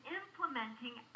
implementing